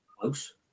close